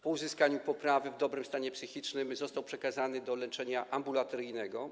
Po uzyskaniu poprawy w dobrym stanie psychicznym został przekazany do leczenia ambulatoryjnego.